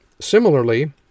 Similarly